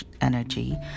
energy